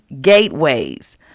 gateways